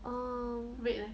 um